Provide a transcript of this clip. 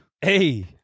Hey